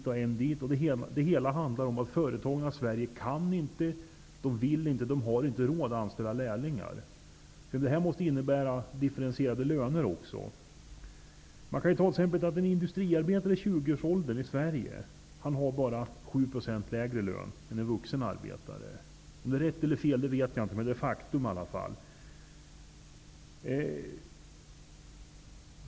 Och det hela handlar om att företagen i Sverige inte kan, inte vill och inte har råd att anställa lärlingar. Man måste därför även ha differentierade löner. En svensk industriarbetare i 20-årsåldern har bara 7 % lägre lön än en vuxen arbetare. Om det är rätt eller fel, vet jag inte, men detta är faktum.